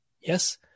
Yes